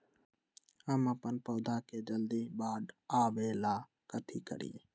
हम अपन पौधा के जल्दी बाढ़आवेला कथि करिए?